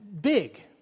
big